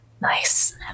Nice